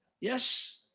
Yes